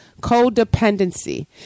Codependency